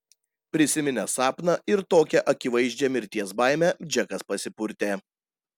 prisiminęs sapną ir tokią akivaizdžią mirties baimę džekas pasipurtė